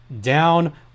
down